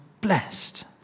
blessed